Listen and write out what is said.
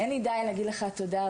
אין לי די להגיד לך תודה,